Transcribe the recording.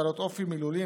בעלות אופי מילולי,